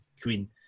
Queen